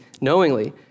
knowingly